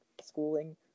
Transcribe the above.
schooling